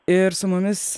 ir su mumis